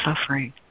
suffering